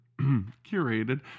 curated